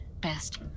best